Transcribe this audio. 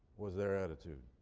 was their attitude.